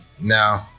No